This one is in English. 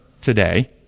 today